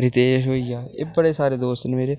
रितेश होइया एह् बड़े सारे दोस्त न मेरे